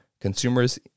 consumers